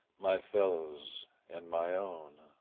my fellows' and my own.